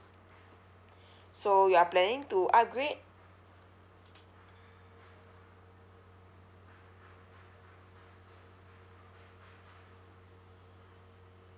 so you are planning to upgrade